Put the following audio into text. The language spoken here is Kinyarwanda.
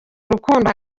urukundo